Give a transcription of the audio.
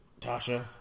Tasha